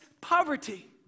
poverty